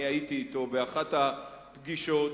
והייתי אתו באחת הפגישות,